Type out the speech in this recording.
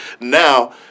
now